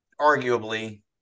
arguably